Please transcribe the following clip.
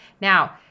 Now